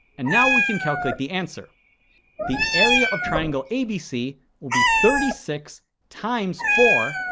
and now we can calculate the answer the area of triangle abc will be thirty six times four,